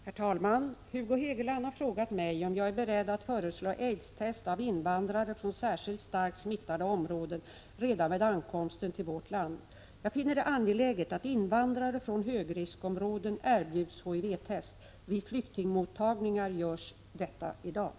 Mot bakgrunden av den stora informationskampanj rörande aids, som nu har igångsatts, syns det än mer angeläget att också vidta mer effektiva åtgärder mot spridandet av den farliga sjukdomen. Är socialministern beredd att föreslå aidstest av invandrare från särskilt starkt smittade områden och detta redan vid ankomsten till vårt land?